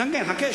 כן, חכה.